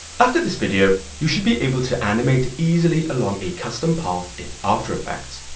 after this video, you should be able to animate easily along a custom path in after effects.